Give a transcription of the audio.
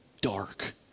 dark